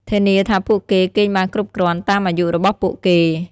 ធានាថាពួកគេគេងបានគ្រប់គ្រាន់តាមអាយុរបស់ពួកគេ។